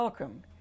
Welcome